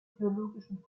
theologischen